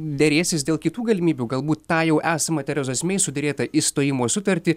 derėsis dėl kitų galimybių galbūt tą jau esamą terezos mei suderėtą išstojimo sutartį